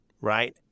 right